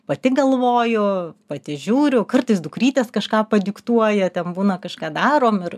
pati galvoju pati žiūriu o kartais dukrytės kažką padiktuoja ten būna kažką darom ir